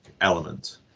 element